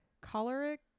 Choleric